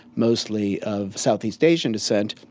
mostly of southeast asian descent.